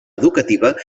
educativa